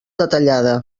detallada